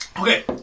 Okay